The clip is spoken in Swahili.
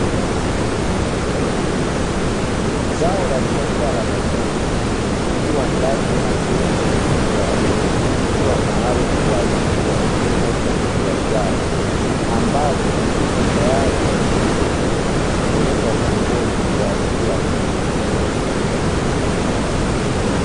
Zao la biashara la nyanya likiwa ndani ya jengo kubwa lililodhibitiwa maalumu kwa ajili ya kilimo cha kibiashara, ambazo ziko tayari kwa kuvunwa na kupelekwa sokoni kwa ajili ya kuuzwa.